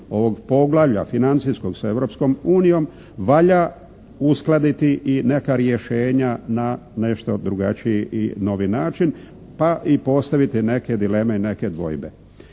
ovog poglavlja financijskog sa Europskom unijom valja uskladiti i neka rješenja na nešto drugačiji i novi način, pa i postaviti neke dileme i neke dvojbe.